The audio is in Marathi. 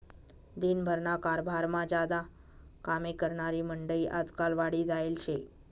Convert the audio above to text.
दिन भरना कारभारमा ज्यादा कामे करनारी मंडयी आजकाल वाढी जायेल शे